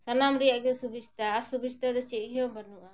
ᱥᱟᱱᱟᱢ ᱨᱮᱭᱟᱜ ᱜᱮ ᱥᱩᱵᱤᱫᱷᱟ ᱟᱨ ᱚᱥᱩᱵᱤᱫᱷᱟ ᱫᱚ ᱪᱮᱫ ᱦᱚᱸ ᱵᱟᱹᱱᱩᱜᱼᱟ